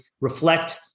reflect